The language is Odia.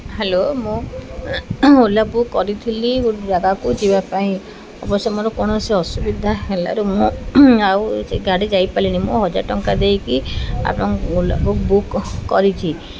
ହ୍ୟାଲୋ ମୁଁ ଓଲା ବୁକ୍ କରିଥିଲି ଗୋଟେ ଜାଗାକୁ ଯିବା ପାଇଁ ଅବଶ୍ୟ ମୋର କୌଣସି ଅସୁବିଧା ହେଲାରୁ ମୁଁ ଆଉ ସେ ଗାଡ଼ି ଯାଇପାରିଲିନି ମୁଁ ହଜାରେ ଟଙ୍କା ଦେଇକି ଆପଣଙ୍କ ଓଲା ବୁକ୍ କରିଛି